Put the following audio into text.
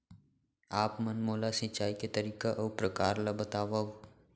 आप मन मोला सिंचाई के तरीका अऊ प्रकार ल बतावव?